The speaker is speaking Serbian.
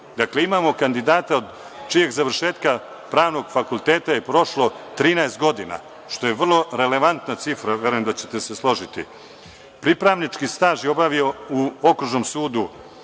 Dakle imamo kandidata od čijeg završetka Pravnog fakulteta je prošlo 13 godina, što je vrlo relevantna cifra, verujem da će te se složiti. Pripravnički staž je obavio u Okružnom sudu.